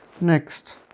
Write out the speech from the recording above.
Next